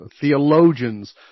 theologians